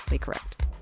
Correct